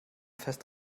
fest